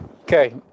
Okay